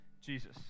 Jesus